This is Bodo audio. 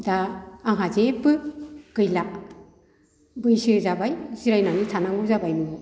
दा आंहा जेबो गैला बैसो जाबाय जिरायनानै थानांगौ जाबाय न'आव